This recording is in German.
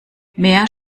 mehr